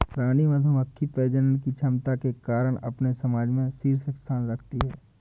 रानी मधुमक्खी प्रजनन की क्षमता के कारण अपने समाज में शीर्ष स्थान रखती है